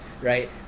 right